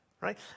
right